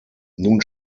nun